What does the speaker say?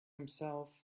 himself